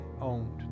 owned